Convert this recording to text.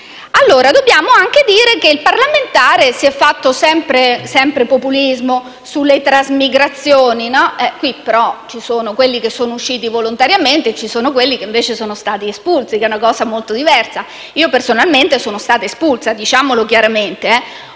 Dobbiamo anche dire che si è fatto sempre populismo sulle trasmigrazioni e a tale proposito ci sono quelli che sono usciti volontariamente e ci sono quelli che invece sono stati espulsi, che è una cosa molto diversa. Io personalmente sono stata espulsa, diciamolo chiaramente.